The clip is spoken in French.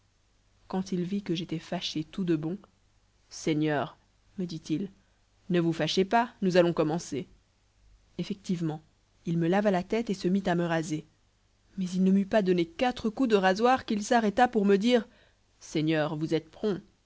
quand il vit que j'étais fâché tout de bon seigneur me dit-il ne vous fâchez pas nous allons commencer effectivement il me lava la tête et se mit à me raser mais il ne m'eut pas donné quatre coups de rasoir qu'il s'arrêta pour me dire seigneur vous êtes